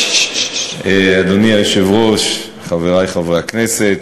אדוני היושב-ראש, חברי חברי הכנסת,